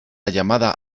llamada